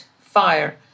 Fire